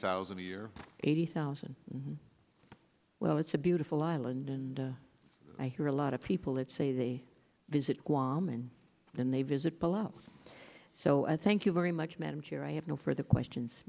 thousand a year eighty thousand well it's a beautiful island and i hear a lot of people that say they visit guam and then they visit belo so i thank you very much madam chair i have no further questions